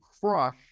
crush